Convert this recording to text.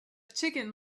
chicken